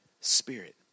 spirit